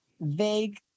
vague